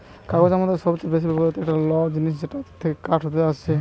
কাগজ আমাদের সবচে বেশি ব্যবহৃত একটা ল জিনিস যেটা কাঠ থেকে আসছে